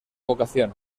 vocación